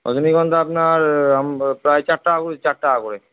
রজনীগন্ধা আপনার প্রায় চার টাকা করে চার টাকা করে